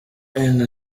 wenda